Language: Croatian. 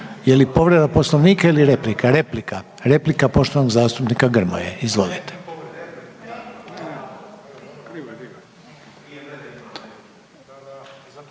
je li povreda Poslovnika ili replika? Replika poštovanog zastupnika Grmoje. Izvolite.